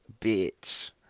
bitch